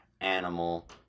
animal